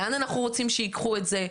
לאן אנחנו רוצים שייקחו את זה.